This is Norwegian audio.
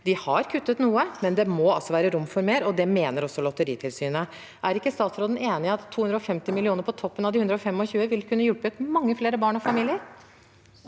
De har kuttet noe, men det må altså være rom for mer, og det mener også Lotteritilsynet. Er ikke statsråden enig i at 250 mill. kr på toppen av de 125 mill. kr kunne hjulpet mange flere barn og familier?